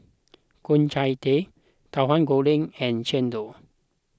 Ku Chai Kueh Tahu Goreng and Chendol